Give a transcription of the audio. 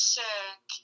sick